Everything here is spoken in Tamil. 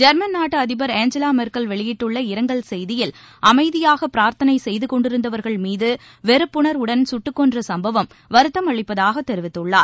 ஜெர்மன் நாட்டு அதிபர் ஏஞ்சலா மெர்க்கல் வெளியிட்டுள்ள இரங்கல் செய்தியில் அமைதியாக பிரார்த்தனை செய்து கொண்டிருந்தவர்கள் மீது வெறுப்புணர்வுடன் சுட்டுக்கொன்ற சம்பவம் வருத்தம் அளிப்பதாக தெரிவித்துள்ளார்